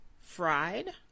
Fried